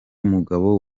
mugabo